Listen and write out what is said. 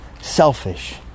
selfish